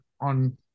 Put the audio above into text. on